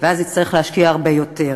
ואז יצטרכו להשקיע הרבה יותר.